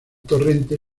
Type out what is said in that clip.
torrente